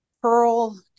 Pearl